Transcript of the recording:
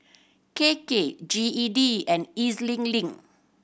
K K G E D and E Z Link